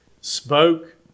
spoke